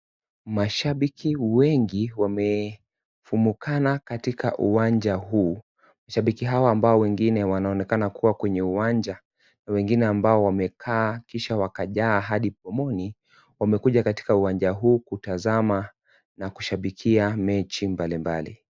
Mashabiki wengi wamefumukana katika uwanja huu, mashabiki hawa ambao wengi wao wanaonekana kuwa katika kwenye uwanja, na wengine ambao wamekaa kisha wakajaa hadi pomoni wamekuja katika uwanja huu kutazama na kushabikia mechi mbalimbali.